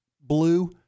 blue